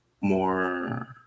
more